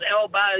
elbows